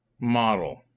model